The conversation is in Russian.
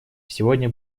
сегодня